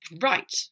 Right